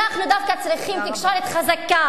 אנחנו צריכים דווקא תקשורת חזקה,